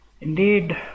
Indeed